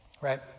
Right